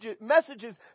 messages